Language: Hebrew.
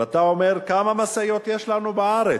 ואתה אומר: כמה משאיות יש לנו בארץ?